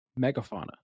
megafauna